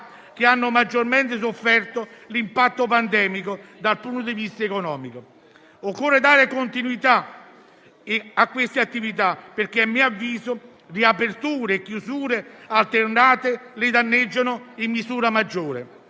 che hanno maggiormente sofferto l'impatto pandemico dal punto di vista economico. Occorre dare continuità a queste attività, perché a mio avviso riaperture e chiusure alternate le danneggiano in misura maggiore.